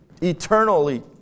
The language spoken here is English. eternally